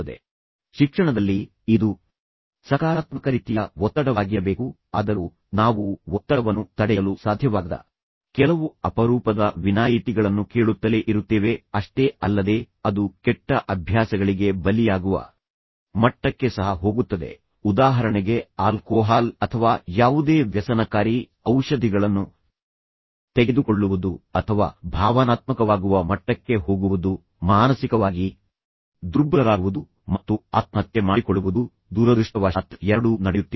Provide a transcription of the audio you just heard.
ಆದರೆ ಹೆಚ್ಚಿನ ಸಮಯಗಳಲ್ಲಿ ಶಿಕ್ಷಣದಲ್ಲಿ ಇದು ಸಕಾರಾತ್ಮಕ ರೀತಿಯ ಒತ್ತಡವಾಗಿರಬೇಕು ಆದರೂ ನಾವು ವಿದ್ಯಾರ್ಥಿಗಳು ಒತ್ತಡವನ್ನು ತಡೆಯಲು ಸಾಧ್ಯವಾಗದ ನಿಭಾಯಿಸಲು ಸಾಧ್ಯವಾಗದ ಕೆಲವು ಅಪರೂಪದ ವಿನಾಯಿತಿಗಳನ್ನು ಕೇಳುತ್ತಲೇ ಇರುತ್ತೇವೆ ಅಷ್ಟೇ ಅಲ್ಲದೆ ಅದು ಕೆಟ್ಟ ಅಭ್ಯಾಸಗಳಿಗೆ ಬಲಿಯಾಗುವ ಮಟ್ಟಕ್ಕೆ ಸಹ ಹೋಗುತ್ತದೆ ಉದಾಹರಣೆಗೆ ಆಲ್ಕೋಹಾಲ್ ಅಥವಾ ಯಾವುದೇ ವ್ಯಸನಕಾರಿ ಔಷಧಿಗಳನ್ನು ತೆಗೆದುಕೊಳ್ಳುವುದು ಅಥವಾ ಭಾವನಾತ್ಮಕವಾಗುವ ಮಟ್ಟಕ್ಕೆ ಹೋಗುವುದು ಮತ್ತು ನಂತರ ಮಾನಸಿಕವಾಗಿ ದುರ್ಬಲರಾಗುವುದು ಮತ್ತು ಆತ್ಮಹತ್ಯೆ ಮಾಡಿಕೊಳ್ಳುವುದು ದುರದೃಷ್ಟವಶಾತ್ ಎರಡೂ ನಡೆಯುತ್ತಿವೆ